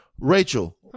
Rachel